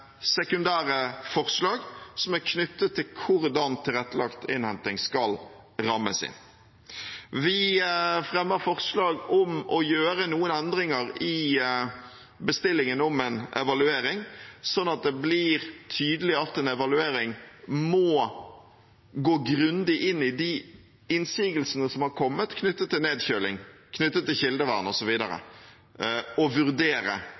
sekundære forslag som er knyttet til hvordan tilrettelagt innhenting skal rammes inn. Vi fremmer forslag om å gjøre noen endringer i bestillingen om en evaluering, sånn at det blir tydelig at en evaluering må gå grundig inn i de innsigelsene som har kommet knyttet til nedkjøling, knyttet til kildevern osv. og